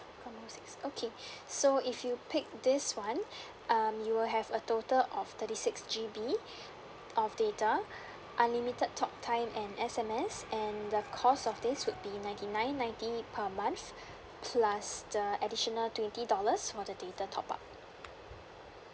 combo six okay so if you pick this one um you will have a total of thirty six G_B of data unlimited talktime and S_M_S and the cost of this would be ninety nine ninety per month plus the additional twenty dollars for the data top up